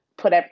put